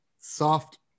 soft